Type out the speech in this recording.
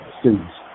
students